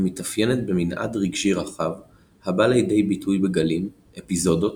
המתאפיינת במנעד רגשי רחב הבא לידי ביטוי בגלים אפיזודות,